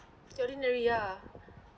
ordinary ya